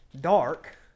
dark